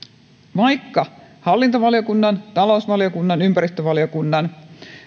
vaikka hallintovaliokunnan talousvaliokunnan ympäristövaliokunnan